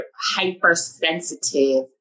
hypersensitive